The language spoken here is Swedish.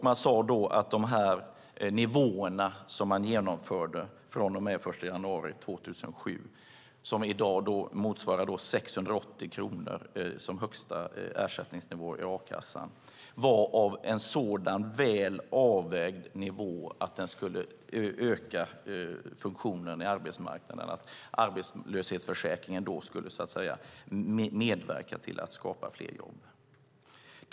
Man sade att den nivå som man införde från och med den 1 januari 2007, som i dag motsvarar 680 kronor som högsta ersättningsnivå i a-kassan, var en så väl avvägd nivå att den skulle öka funktionen på arbetsmarknaden, att arbetslöshetsförsäkringen då skulle medverka till att skapa fler jobb.